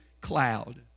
cloud